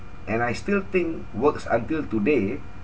and I still think works until today